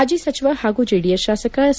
ಮಾಜಿ ಸಚಿವ ಹಾಗೂ ಜೆಡಿಎಸ್ ಶಾಸಕ ಸಾ